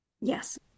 Yes